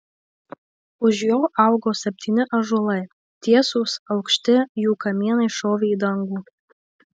už jo augo septyni ąžuolai tiesūs aukšti jų kamienai šovė į dangų